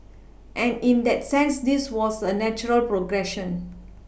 and in that sense this was a natural progression